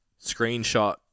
screenshot